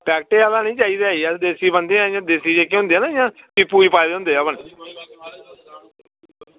मिगी पैकेट आह्ला निं चाहिदा ई मिगी देसी बंदे होंदे ना जियां देसी पूजा च होंदे हवन